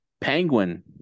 Penguin